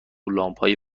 لامپهای